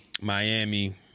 Miami